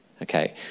Okay